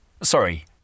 Sorry